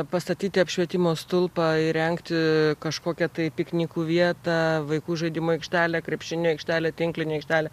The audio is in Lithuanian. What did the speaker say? pastatyti apšvietimo stulpą įrengti kažkokią tai piknikų vietą vaikų žaidimų aikštelė krepšinio aikštelė tinklinio aikštelė